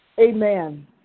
Amen